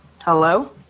hello